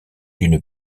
d’une